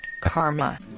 karma